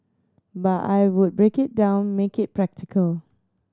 but I would break it down make it practical